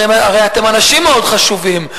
הרי אתם אנשים מאוד חשובים.